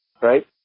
right